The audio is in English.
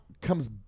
comes